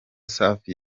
safi